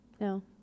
No